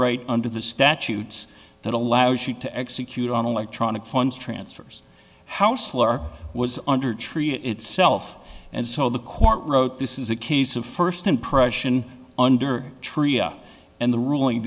right under the statutes that allows you to execute on electronic funds transfer haussler was under the tree itself and so the court wrote this is a case of first impression under tria and the ruling